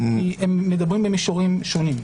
כי הם מדברים במישורים שונים.